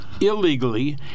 illegally